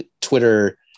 Twitter